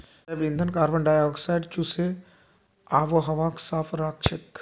जैव ईंधन कार्बन डाई ऑक्साइडक चूसे आबोहवाक साफ राखछेक